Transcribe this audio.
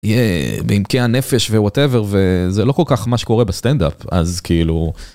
יהיה בעמקי הנפש ווואטאבר וזה לא כל כך מה שקורה בסטנדאפ אז כאילו.